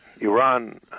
Iran